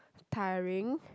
tiring